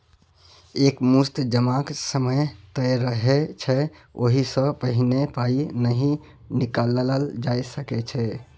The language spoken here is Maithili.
एक मुस्त जमाक समय तय रहय छै ओहि सँ पहिने पाइ नहि निकालल जा सकैए